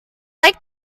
like